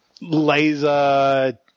laser